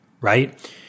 right